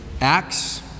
Acts